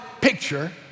picture